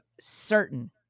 certain